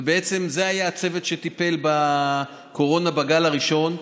ובעצם זה היה הצוות שטיפל בקורונה בגל הראשון.